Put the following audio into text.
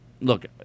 look